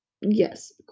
yes